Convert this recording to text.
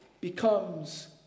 becomes